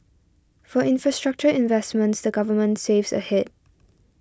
for infrastructure investments the Government saves ahead